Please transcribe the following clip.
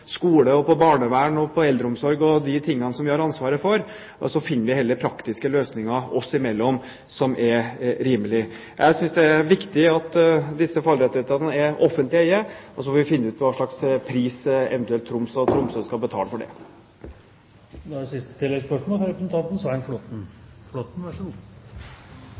skole, barnevern og eldreomsorg og de tingene vi har ansvaret for, og så finner vi heller praktiske løsninger oss imellom som er rimelige. Jeg synes det er viktig at disse fallrettighetene er i offentlig eie, og så får vi finne ut hva slags pris Troms og Tromsø eventuelt skal betale for det. Svein Flåtten – til oppfølgingsspørsmål. Jeg er